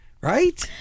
right